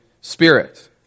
Spirit